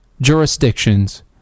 jurisdictions